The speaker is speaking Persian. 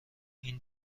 این